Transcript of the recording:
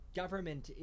government